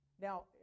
Now